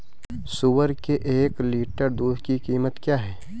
सुअर के एक लीटर दूध की कीमत क्या है?